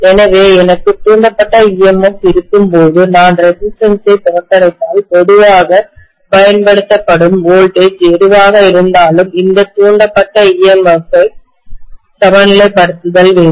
எனவே எனக்கு தூண்டப்பட்ட EMF இருக்கும்போது நான் ரெசிஸ்டன்ஸ் ஐ புறக்கணித்தால் பொதுவாக பயன்படுத்தப்படும் வோல்டேஜ்மின்னழுத்தம் எதுவாக இருந்தாலும் இந்த தூண்டப்பட்ட EMF சமநிலைப்படுத்துதல் வேண்டும்